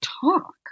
talk